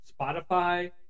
Spotify